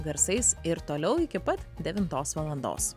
garsais ir toliau iki pat devintos valandos